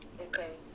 Okay